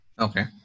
Okay